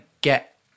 get